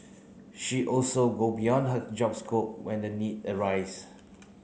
she also go beyond her job scope when the need arise